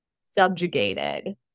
subjugated